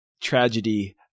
tragedy